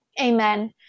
Amen